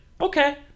okay